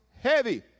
heavy